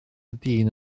dyn